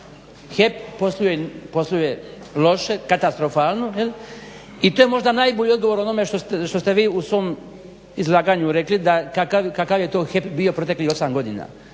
HEP posluje loše, katastrofalno jel i to je možda najbolji odgovor onome što ste vi u svom izlaganju rekli da kakav je to HEP bio proteklih 8 godina,